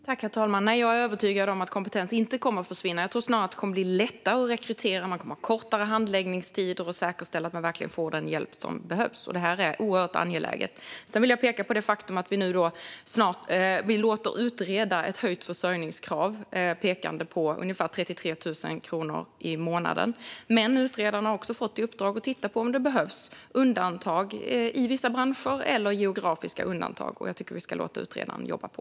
Herr talman! Jag är övertygad om att kompetens inte kommer att försvinna. Jag tror snarare att det kommer att bli lättare att rekrytera. Man kommer att ha kortare handläggningstider och säkerställa att företagen verkligen får den hjälp som behövs. Det är oerhört angeläget. Vi låter utreda ett höjt försörjningskrav, på ungefär 33 000 kronor i månaden. Men utredarna har också fått i uppdrag att titta på om det behövs undantag i vissa branscher eller om det behövs geografiska undantag. Jag tycker att vi ska låta utredarna jobba på.